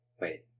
wait